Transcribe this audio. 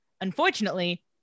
unfortunately